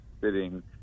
sitting